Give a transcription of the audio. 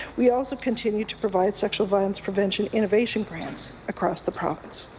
we also continue to provide sexual violence prevention innovation grants across the province.